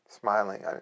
smiling